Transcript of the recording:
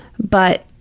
but